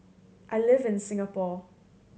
I live in Singapore